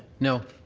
no.